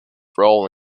role